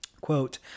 quote